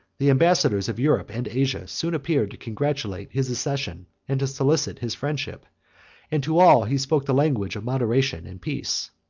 the ambassadors of europe and asia soon appeared to congratulate his accession and solicit his friendship and to all he spoke the language of moderation and peace.